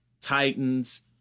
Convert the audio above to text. Titans